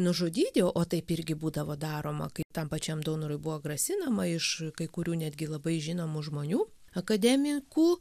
nužudyti o taip irgi būdavo daroma kai tam pačiam daunorui buvo grasinama iš kai kurių netgi labai žinomų žmonių akademikų